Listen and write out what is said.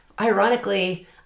Ironically